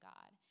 God